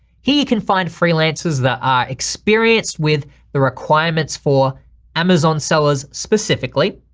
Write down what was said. here can find freelances that are experienced with the requirements for amazon sellers specifically.